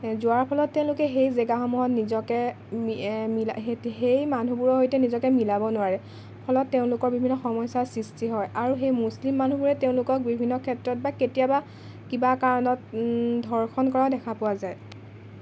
যোৱাৰ ফলত তেওঁলোকে সেই জেগাসমূহত নিজকে সেই সেই মানুহবোৰৰ সৈতে নিজকে মিলাব নোৱাৰে ফলত তেওঁলোকৰ বিভিন্ন সমস্যাৰ সৃষ্টি হয় আৰু সেই মুছলিম মানুহবোৰে তেওঁলোকক বিভিন্ন ক্ষেত্ৰত বা কেতিয়াবা কিবা কাৰণত ধৰ্ষণ কৰাও দেখা যায়